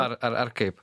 ar ar kaip